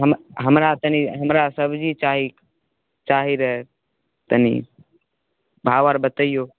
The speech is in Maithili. हम हमरा तनि हमरा सब्जी चाही चाही रहै तनि भाव आर बतैओ